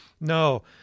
No